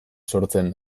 sortzen